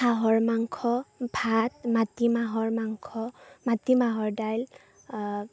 হাঁহৰ মাংস ভাত মাটি মাহৰ মাংস মাটি মাহৰ দাইল